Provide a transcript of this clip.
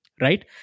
right